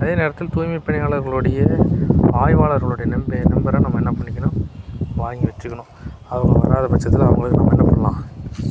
அதே நேரத்தில் தூய்மை பணியாளர்களுடைய ஆய்வாளர்களுடைய நம் நம்பரை நம்ப என்ன பண்ணிக்கணும் வாங்கி வச்சுக்கணும் அவங்க வராத பட்சத்தில் அவங்களுக்கு நாம் என்ன பண்ணலாம்